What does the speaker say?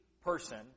person